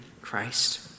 Christ